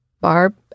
Barb